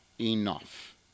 enough